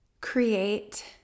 create